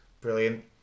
Brilliant